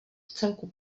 vcelku